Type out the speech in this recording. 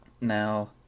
Now